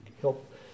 help